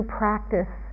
practice